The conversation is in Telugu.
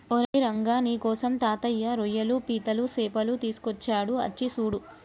ఓరై రంగ నీకోసం తాతయ్య రోయ్యలు పీతలు సేపలు తీసుకొచ్చాడు అచ్చి సూడు